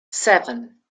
seven